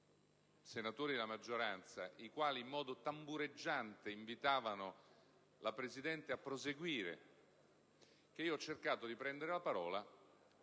senatori della maggioranza, i quali in modo tambureggiante invitavano la Presidente a proseguire, che io ho cercato di prendere la parola